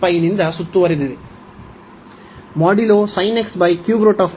ನಿಂದ ಸುತ್ತುವರೆದಿದೆ